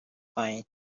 find